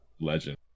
legend